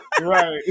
Right